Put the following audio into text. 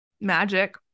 magic